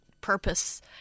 purpose